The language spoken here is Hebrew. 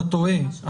אתה טועה,